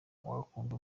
wakunda